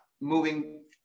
moving